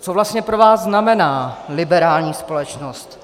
Co vlastně pro vás znamená liberální společnost?